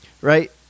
right